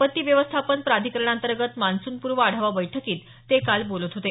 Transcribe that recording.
आपत्ती व्यवस्थापन प्राधिकरणांतर्गत मान्सूनपूर्व आढावा बैठकीत ते काल बोलत होते